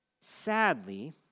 Sadly